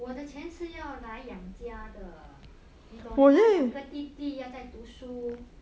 我的钱是要来养家的你懂你还有两个弟弟要在读书